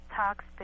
talks